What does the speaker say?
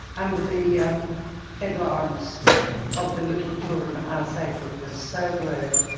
under the um headlines of the little children are sacred was so blurred,